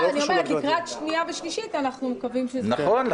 זה לא קשור --- לקראת שנייה ושלישית אנחנו מקווים --- נכון,